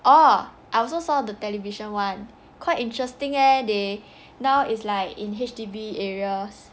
oh I also saw the television [one] quite interesting eh they now is like in H_D_B areas